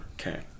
Okay